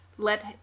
Let